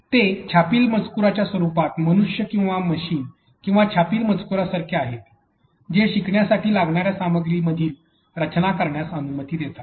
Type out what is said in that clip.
ते छापील मजकूराच्या स्वरूपात मनुष्य किंवा मशीन किंवा छापील मजकूरासारखे आहेत जे शिकणासाठी लागणाऱ्या सामग्रीमधील रचना करण्यास अनुमती देतात